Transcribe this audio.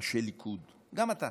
אנשי ליכוד, גם אתה,